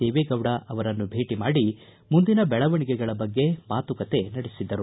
ದೇವೇಗೌಡ ಅವರನ್ನು ಭೇಟಿ ಮಾಡಿ ಮುಂದಿನ ಬೆಳವಣಿಗೆಗಳ ಬಗ್ಗೆ ಮಾತುಕತೆ ನಡೆಸಿದರು